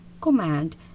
command